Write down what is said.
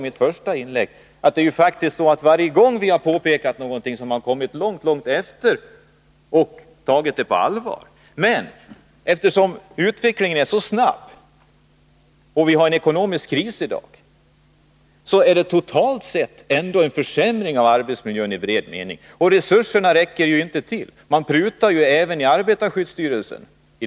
I mitt första inlägg sade jag att varje gång som vi har föreslagit någonting har det tagits på allvar långt efteråt. Men då utvecklingen går så snabbt och då vi i dag har en ekonomisk kris, är det totalt sett ändå fråga om en försämring av arbetsmiljön. Resurserna räcker ju inte till. I dag prutar man ju även inom arbetarskyddsstyrelsen.